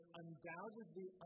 undoubtedly